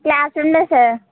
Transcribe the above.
క్లాస్రూమ్లో sir